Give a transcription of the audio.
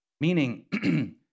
meaning